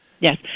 Yes